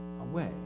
away